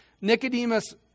Nicodemus